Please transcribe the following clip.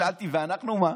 שאלתי: ואנחנו מה,